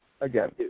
again